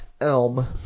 Elm